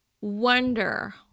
wonder